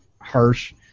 harsh